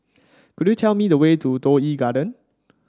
could you tell me the way to Toh Yi Garden